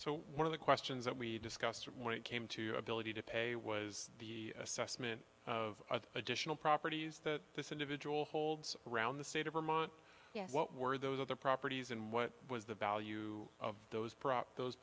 so one of the questions that we discussed when it came to your ability to pay was the assessment of additional properties that this individual holds around the state of vermont what were those other properties and what was the value of those